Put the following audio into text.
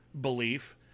belief